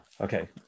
Okay